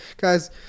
guys